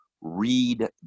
read